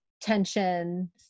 tension